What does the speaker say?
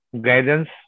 guidance